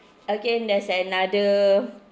again that's another